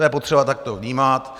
To je potřeba takto vnímat.